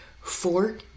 four